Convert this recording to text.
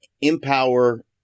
empower